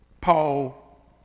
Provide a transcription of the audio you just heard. Paul